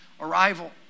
arrival